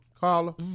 Carla